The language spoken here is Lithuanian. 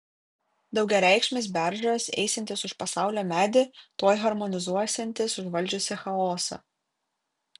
daugiareikšmis beržas eisiantis už pasaulio medį tuoj harmonizuosiantis užvaldžiusį chaosą